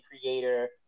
creator